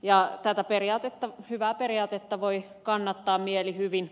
ja tätä hyvää periaatetta voi kannattaa mielihyvin